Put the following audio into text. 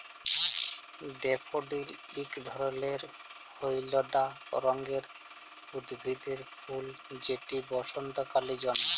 daffodil ইক ধরলের হইলদা রঙের উদ্ভিদের ফুল যেট বসল্তকালে জল্মায়